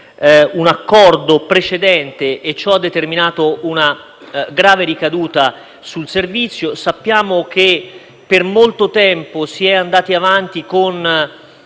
un accordo precedente; ciò ha determinato una grave ricaduta sul servizio. Sappiamo che per molto tempo si è andati avanti con